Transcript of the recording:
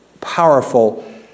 powerful